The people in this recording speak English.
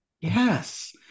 Yes